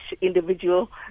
individual